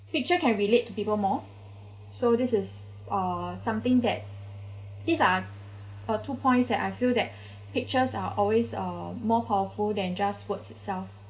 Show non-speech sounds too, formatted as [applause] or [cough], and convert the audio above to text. picture can relate to people more so this is uh something that these are uh two points that I feel that [breath] pictures are always uh more powerful than just words itself